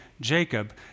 Jacob